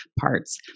parts